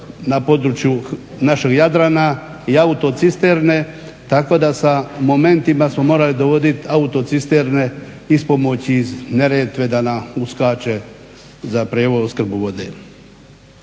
na području našeg Jadrana i autocisterne tako da sa momentima smo morali dovoditi autocisterne, ispomoć iz Neretve da nam uskače za prijevoz i opskrbu vode.